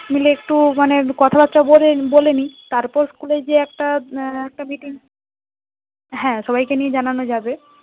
মিলে একটু মানে কথাবার্তা বলে বলে নিই তারপর স্কুলে গিয়ে একটা একটা মিটিং হ্যাঁ সবাইকে নিয়ে জানানো যাবে